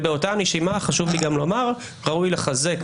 ובאותה נשימה חשוב לי גם לומר: ראוי לחזק